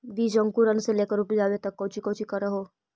बीज अंकुरण से लेकर उपजाबे तक कौची कौची कर हो?